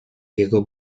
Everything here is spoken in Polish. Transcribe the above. jego